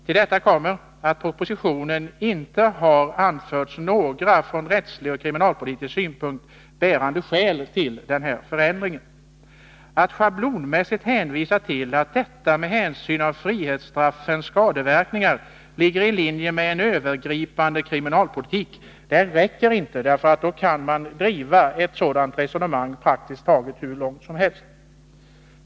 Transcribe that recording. Till detta kommer att det i propositionen inte har anförts några från rättslig eller kriminalpolitisk synpunkt bärande skäl till denna förändring. Att schablonmässigt hänvisa till att detta förslag med hänsyn till frihetsstraffens skadeverkningar ligger i linje med en övergripande kriminalpolitik räcker inte. Ett sådant resonemang kan ju drivas praktiskt taget hur långt som helst.